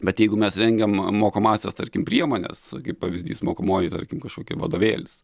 bet jeigu mes rengiam mokomąsias tarkim priemones pavyzdys mokomoji tarkim kažkokia vadovėlis